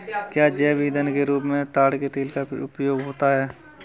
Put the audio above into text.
क्या जैव ईंधन के रूप में ताड़ के तेल का उपयोग होता है?